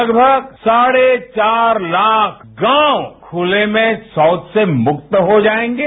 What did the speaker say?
लगभग साढ़े चार लाख गांव खुले में शौच से मुक्त हो जाएंगे